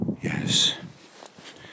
Yes